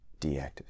deactivate